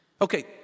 Okay